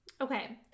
okay